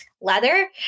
leather